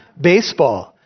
baseball